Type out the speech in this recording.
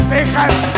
Texas